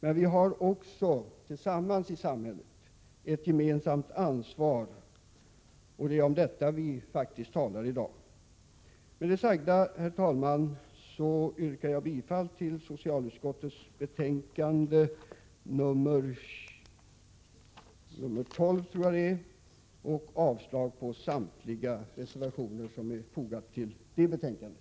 Men vi har också ett gemensamt ansvar i samhället, och det är om detta vi talar i dag. Med det sagda, herr talman, yrkar jag bifall till hemställan i socialutskottets betänkande nr 12 och avslag på samtliga reservationer som är fogade till det betänkandet.